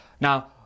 Now